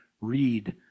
read